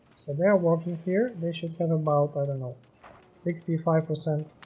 so they are walking here they should get about i don't know sixty five percent